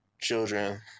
children